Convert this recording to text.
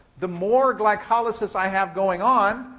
the more glycolysis i have going on,